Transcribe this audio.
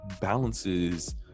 balances